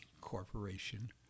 Corporation